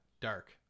dark